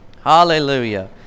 Hallelujah